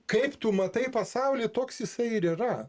kaip tu matai pasaulį toks jisai ir yra